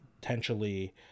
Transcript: potentially